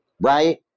right